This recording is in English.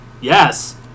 Yes